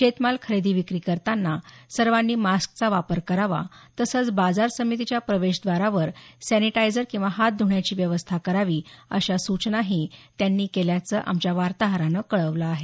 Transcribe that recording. शेतमाल खरेदी विक्री करताना सर्वांनी मास्कचा वापर करावा तसंच बाजार समितीच्या प्रवेशद्वारावर सॅनिटायझर किंवा हात धुण्याची व्यवस्था करावी अशा सूचनाही त्यांनी केल्याचं आमच्या वार्ताहरानं कळवलं आहे